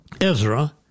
Ezra